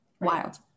wild